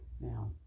Now